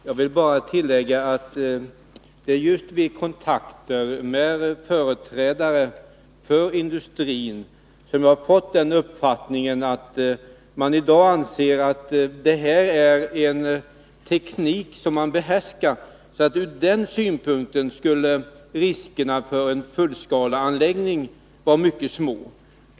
Fru talman! Jag vill bara tillägga att det är just vid kontakter med företrädare för industrin som jag har fått uppfattningen att man i dag anser att detta är en teknik som man behärskar. Från den synpunkten bör riskerna med en fullskaleanläggning vara mycket små.